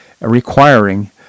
requiring